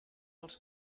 els